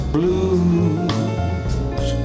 blues